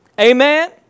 Amen